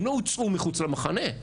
הם לא הוצאו מחוץ למחנה,